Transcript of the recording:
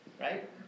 Right